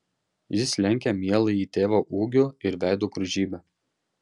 jis lenkia mieląjį tėvą ūgiu ir veido grožybe